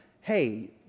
hey